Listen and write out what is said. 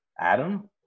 adam